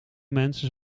mensen